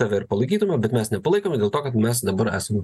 tave ir palaikytume bet mes nepalaikome dėl to kad mes dabar esam